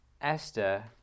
Esther